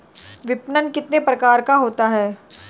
विपणन कितने प्रकार का होता है?